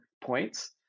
points